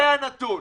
זה הנתון.